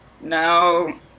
No